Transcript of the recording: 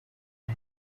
her